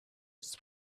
its